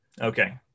Okay